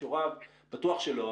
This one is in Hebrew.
בכישוריו בטוח שלא.